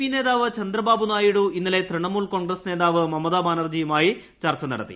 TDP നേതാവ് ചന്ദ്രബാബു നായിഡു ഇന്നലെ തൃണമൂൽ കോൺഗ്രസ് നേതാവ് മമത ബാനർജിയുമായി ചർച്ച നടത്തി